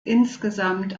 insgesamt